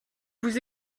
vous